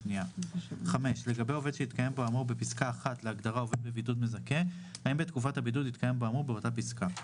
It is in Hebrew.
אחרי "בעד יום בידוד של עובד" יבוא "או של ילדו",